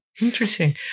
Interesting